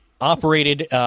operated